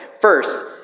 first